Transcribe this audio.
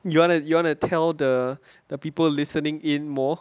you wanna you wanna tell the the people listening in more